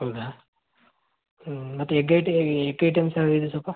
ಹೌದಾ ಹ್ಞೂ ಮತ್ತೆ ಎಗ್ ಐ ಟಿಗೆ ಎಗ್ ಐಟಮ್ಸ್ ಯಾವ್ದು ಇದೆ ಸ್ವಲ್ಪ